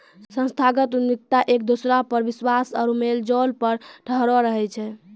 संस्थागत उद्यमिता एक दोसरा पर विश्वास आरु मेलजोल पर ठाढ़ो रहै छै